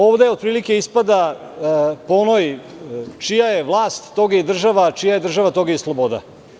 Ovde otprilike ispada po onoj - čija je vlast, toga je i država, a čija je država, toga je i sloboda.